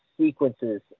sequences